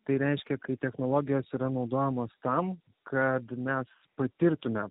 tai reiškia kai technologijos yra naudojamos tam kad mes patirtume